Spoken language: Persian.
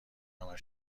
همه